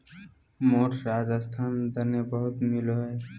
मोठ राजस्थान दने बहुत मिलो हय